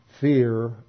Fear